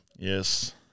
Yes